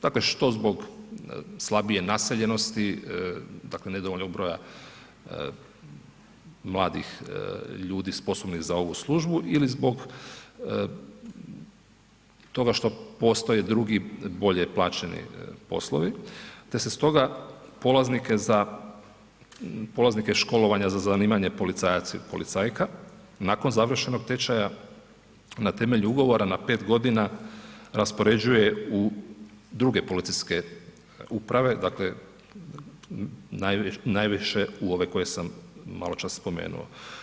Dakle, što zbog slabije naseljenosti, dakle, nedovoljnog broja mladih ljudi sposobnih za ovu službu ili zbog toga što postoje drugi bolje plaćeni poslovi, te se stoga polaznike školovanja za zanimanje policajac ili policajka nakon završenog tečaja na temelju ugovora na 5.g. raspoređuje u druge policijske uprave, dakle, najviše u ove koje sam maločas spomenuo.